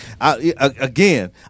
again